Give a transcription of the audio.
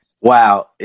Wow